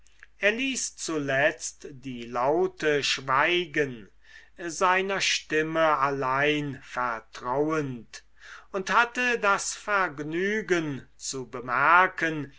ließ zuletzt die laute schweigen seiner stimme allein vertrauend und hatte das vergnügen zu bemerken